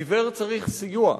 עיוור צריך סיוע.